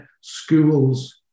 Schools